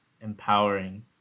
empowering